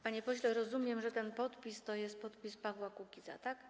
Panie pośle, rozumiem, że ten podpis to jest podpis Pawła Kukiza, tak?